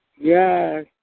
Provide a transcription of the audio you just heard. Yes